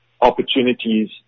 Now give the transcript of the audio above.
opportunities